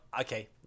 Okay